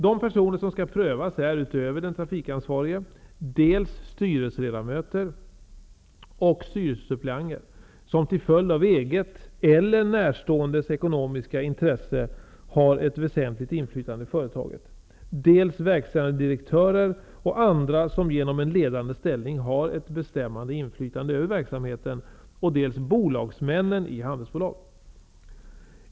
De personer som skall prövas är, utöver den trafikansvarige, dels styrelseledamöter och styrelsesuppleanter som till följd av eget eller närståendes ekonomiska intresse har ett väsentligt inflytande i företaget, dels verkställande direktörer och andra som genom en ledande ställning har ett bestämmande inflytande över verksamheten, dels bolagsmännen i handelsbolag.